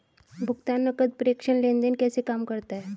भुगतान नकद प्रेषण लेनदेन कैसे काम करता है?